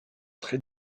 très